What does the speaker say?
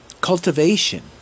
cultivation